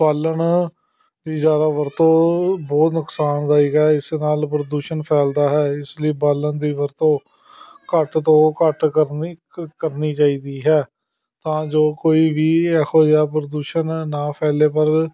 ਬਾਲਣ ਦੀ ਜ਼ਿਆਦਾ ਵਰਤੋਂ ਬਹੁਤ ਨੁਕਸਾਨਦਾਇਕ ਹੈ ਇਸ ਨਾਲ਼ ਪ੍ਰਦੂਸ਼ਣ ਫੈਲਦਾ ਹੈ ਇਸ ਲਈ ਬਾਲਣ ਦੀ ਵਰਤੋਂ ਘੱਟ ਤੋਂ ਘੱਟ ਕਰਨੀ ਕ ਕਰਨੀ ਚਾਹੀਦੀ ਹੈ ਤਾਂ ਜੋ ਕੋਈ ਵੀ ਇਹੋ ਜਿਹਾ ਪ੍ਰਦੂਸ਼ਣ ਨਾ ਫੈਲੇ ਪਰ